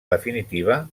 definitiva